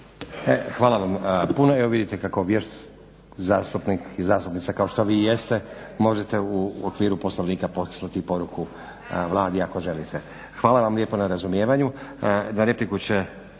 Hvala vam puno. Evo vidite kako vješt zastupnik i zastupnica kao što vi jeste možete u okviru Poslovnika poslati i poruku Vladi ako želite. Hvala vam lijepo na razumijevanju. Na repliku će